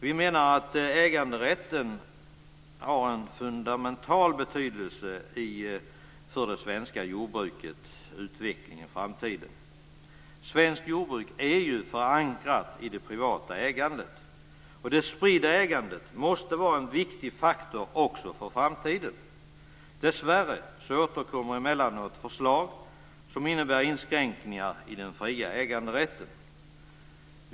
Vi menar att äganderätten har en fundamental betydelse för det svenska jordbrukets utveckling i framtiden. Svenskt jordbruk är ju förankrat i det privata ägandet, och det spridda ägandet måste vara en viktig faktor också för framtiden. Dessvärre uppkommer emellanåt förslag som går ut på inskränkningar i den fria äganderätten.